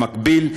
במקביל,